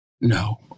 No